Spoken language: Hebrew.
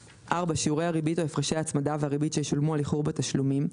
(4)שיעורי הריבית או הפרשי ההצמדה והריבית שישולמו על איחור בתשלומים,